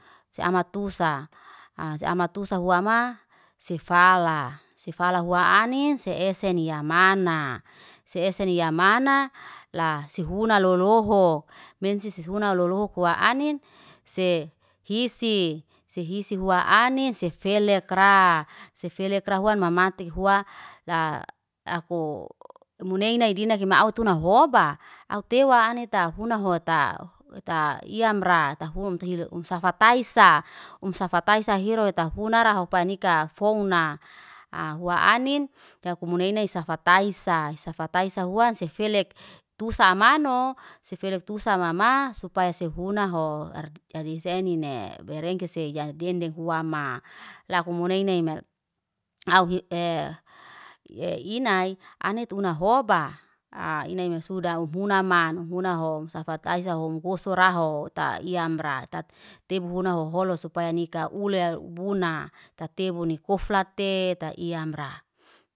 Se amatusa, se amatusa hua ma sifala. Sifala hua anin, se eseni yamana. Se eseni yamana, lasihuna lolohho. Mensi sihuna loloho hua anin, se hisi. Se hisi hua anin, se felek raa. Se felekra huan mamati hua, la aku muneina idina kima autuna huobaa. Autewa aneta huna hota hota iyamra. Tahum tahili umsafataisa. Umsafataisa hiru eta huna ra hopanika founa, hua anin. Yaku muneina isafataisa. Isafataisa huase felek tusa mano. Se felek tusa mama, supaya se funa ho ardisenine. Berenkese ya denden hua maa, laku muneina ime au hi inayi ane huna hoba. Inayime suda umhuna maa, umhuna ho, umsafataisa, umkosora ho ete iyamra. Eta tebu hua ho holo, supaya nika uleya buna. Eta tebu ni kofla te, ta iyamra